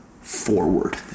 forward